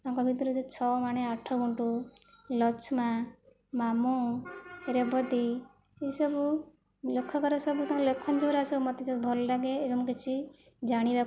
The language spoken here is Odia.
ତାଙ୍କ ଭିତରେ ଯେଉଁ ଛମାଣେ ଆଠ ଗୁଣ୍ଠ ଲଛମା ମାମୁଁ ରେବତୀ ଏସବୁ ଲେଖକର ସବୁ ତାଙ୍କ ଲେଖନ୍ତି ଯେଉଁଗୁଡ଼ା ସବୁ ମୋତେ ସବୁ ଭଲ ଲାଗେ ଏବଂ କିଛି ଜାଣିବାକୁ